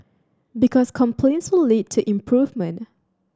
because complaints will lead to improvement